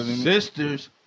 sisters